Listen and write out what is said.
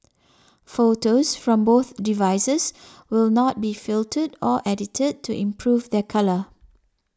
photos from both devices will not be filtered or edited to improve their colour